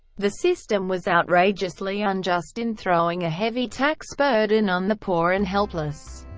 the system was outrageously unjust in throwing a heavy tax burden on the poor and helpless.